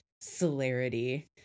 celerity